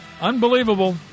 Unbelievable